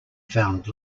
found